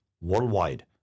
worldwide